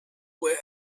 were